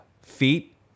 feet